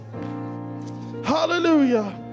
Hallelujah